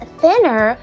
thinner